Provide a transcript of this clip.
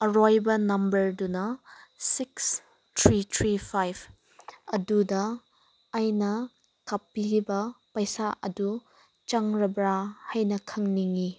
ꯑꯔꯣꯏꯕ ꯅꯝꯕꯔꯗꯨꯅ six three three five ꯑꯗꯨꯗ ꯑꯩꯅ ꯍꯥꯞꯄꯤꯕ ꯄꯩꯁꯥ ꯑꯗꯨ ꯆꯪꯂꯕ꯭ꯔꯥ ꯍꯥꯏꯅ ꯈꯪꯅꯤꯡꯉꯤ